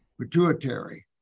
pituitary